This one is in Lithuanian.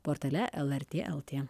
portale lrt lt